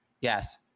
Yes